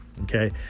Okay